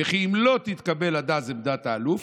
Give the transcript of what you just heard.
וכי אם לא תתקבל עד אז עמדת האלוף,